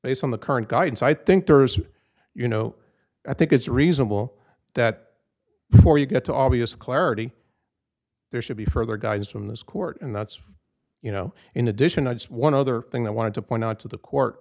based on the current guidance i think there is you know i think it's reasonable that before you get to obvious clarity there should be further guidance from this court and that's you know in addition to just one other thing i wanted to point out to the court